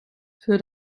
für